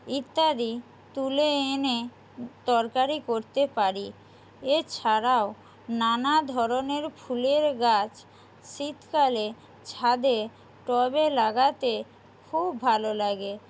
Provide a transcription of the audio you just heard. ইত্যাদি তুলে এনে তরকারি করতে পারি এছাড়াও নানা ধরণের ফুলের গাছ শীতকালে ছাদে টবে লাগাতে খুব ভালো লাগে